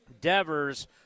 Devers